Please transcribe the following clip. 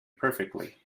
perfectly